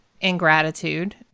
ingratitude